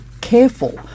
careful